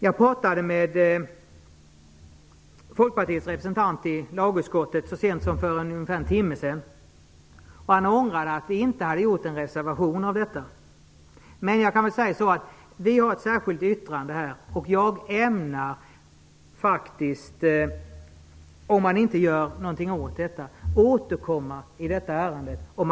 Jag talade med Folkpartiets representant i lagutskottet så sent som för en timme sedan, och denne ångrade att vi inte hade avgivit en reservation om detta. Men vi har ett särskilt yttrande, och jag ämnar faktiskt, om Aktiebolagskommittén inte gör något åt detta, återkomma i ärendet.